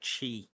chi